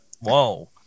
Whoa